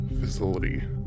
facility